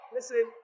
Listen